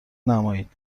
نمایید